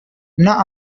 not